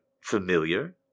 familiar